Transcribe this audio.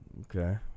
Okay